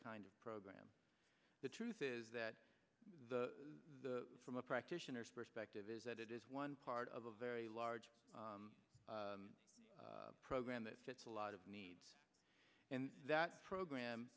kind of program the truth is that the the from a practitioner's perspective is that it is one part of a very large program that fits a lot of needs and that program